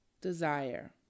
desire